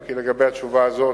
אם כי לגבי התשובה הזאת,